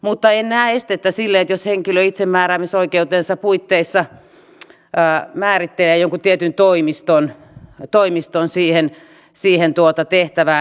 mutta en näe estettä sille jos henkilö itsemääräämisoikeutensa puitteissa määrittelee jonkun tietyn toimiston siihen tehtävään